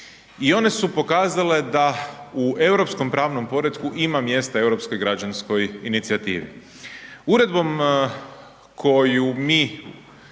i one su pokazale da u europskom pravnom poretku ima mjesta europskoj građanskom inicijativi. Uredbom koju mi